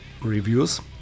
reviews